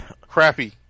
Crappy